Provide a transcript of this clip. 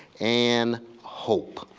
and hope.